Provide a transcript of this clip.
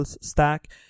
stack